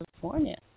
California